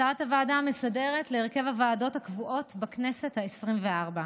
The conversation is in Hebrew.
הצעת הוועדה המסדרת להרכב הוועדות הקבועות של הכנסת העשרים-וארבע.